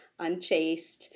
Unchased